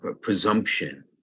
presumption